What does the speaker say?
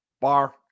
bar